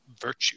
virtue